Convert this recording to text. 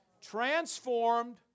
Transformed